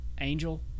Angel